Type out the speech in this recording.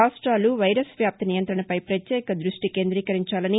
రాష్ట్రాలు వైరస్ వ్యాప్తి నియంతణపై ప్రత్యేక దృష్టి కేంద్రీకరించాలని